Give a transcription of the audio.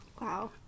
Wow